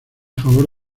favor